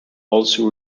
also